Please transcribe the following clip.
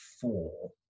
four